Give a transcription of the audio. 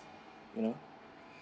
you know